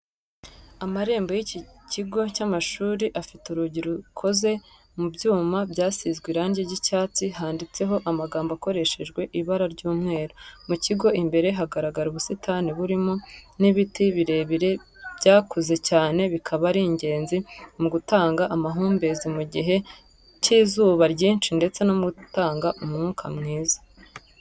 Amarembo y'ikigo cy'amashuri afite urugi rukoze mu byuma byasizwe irangi ry'icyatsi handitseho amagambo akoreshejwe ibara ry'umweru, mu kigo imbere hagaragara ubusitani burimo n'ibiti birebire byakuze cyane bikaba ari ingenzi mu gutanga amahumbezi mu gihe cy'izuba ryinshi ndetse no gutanga umwuka mwiza.